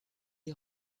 est